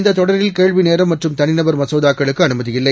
இந்ததொடரில்கேள்விநேரம்மற்றும்தனிநபர்மசோதாக்களு க்குஅனுமதிஇல்லை